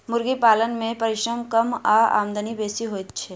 मुर्गी पालन मे परिश्रम कम आ आमदनी बेसी होइत छै